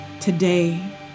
today